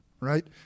right